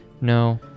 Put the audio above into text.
no